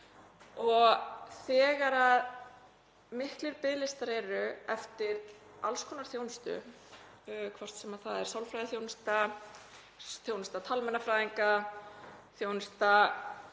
Þegar miklir biðlistar eru eftir alls konar þjónustu, hvort sem það er sálfræðiþjónustu, þjónustu talmeinafræðinga, þjónustu